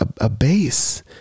abase